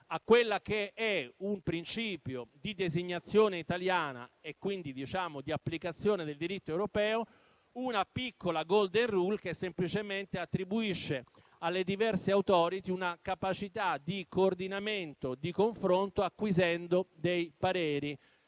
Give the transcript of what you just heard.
di restituire a un principio di designazione italiana, e quindi di applicazione del diritto europeo, una piccola *golden rule* che semplicemente attribuisce alle diverse *Authority* una capacità di coordinamento e di confronto, acquisendo pareri,